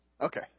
Okay